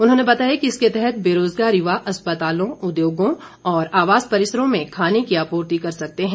उन्होंने बताया कि इसके तहत बेरोजगार युवा अस्पतालों उद्योंगों और आवास परिसरों में खाने की आपूर्ति कर सकते है